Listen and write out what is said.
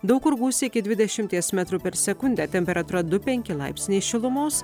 daug kur gūsiai iki dvidešimties metrų per sekundę temperatūra du penki laipsniai šilumos